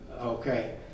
okay